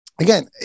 again